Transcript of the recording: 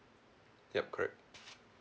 yup correct